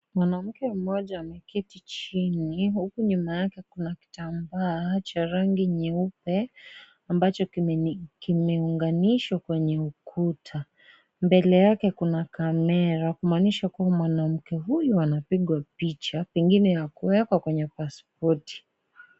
Mwanamke mmoja ameketi chini huku nyuma yake kuna vitamba cha rangi nyeupe ambacho kimeunganishwa kwenye ukuta. Mbele yake kuna kamera kumanisha kuwa mwanamke huyu anapigwa picha pengine ya kuwekwa kwenye paspoti.